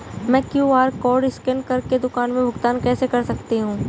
मैं QR code scan कर के दुकान में भुगतान कैसे कर सकती हूँ?